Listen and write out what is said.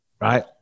right